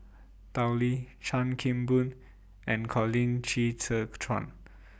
Tao Li Chan Kim Boon and Colin Qi Zhe